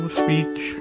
speech